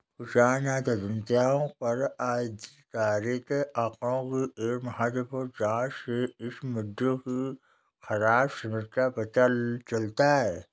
किसान आत्महत्याओं पर आधिकारिक आंकड़ों की एक महत्वपूर्ण जांच से इस मुद्दे की खराब समझ का पता चलता है